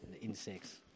insects